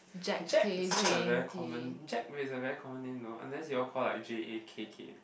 Jack sounds like a very common Jack is a very common name no unless you all call like J A K K